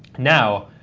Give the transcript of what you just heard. now,